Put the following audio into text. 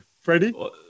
Freddie